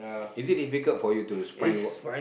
is it difficult for you to find work